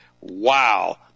wow